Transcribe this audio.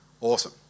Awesome